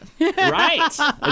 Right